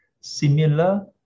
similar